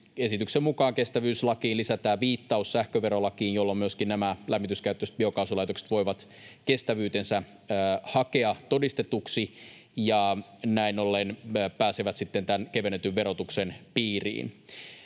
esityksen mukaan kestävyyslakiin lisätään viittaus sähköverolakiin, jolloin myöskin nämä lämmityskäyttöiset biokaasulaitokset voivat kestävyytensä hakea todistetuksi ja näin ollen pääsevät tämän kevennetyn verotuksen piiriin.